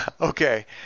Okay